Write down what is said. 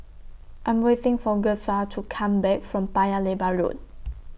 I'm waiting For Gertha to Come Back from Paya Lebar Road